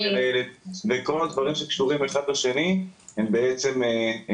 וכל הדברים שקשורים אחד לשני הם משפיעים,